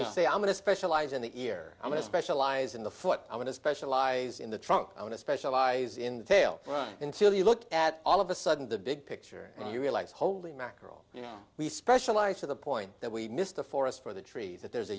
you say i'm going to specialize in the ear i want to specialize in the foot i want to specialize in the trunk i want to specialize in the tail right until you look at all of a sudden the big picture and you realize holy mackerel you know we specialize to the point that we missed the forest for the trees that there's a